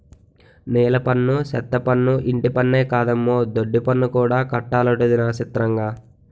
నీలపన్ను, సెత్తపన్ను, ఇంటిపన్నే కాదమ్మో దొడ్డిపన్ను కూడా కట్టాలటొదినా సిత్రంగా